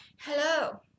Hello